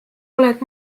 oled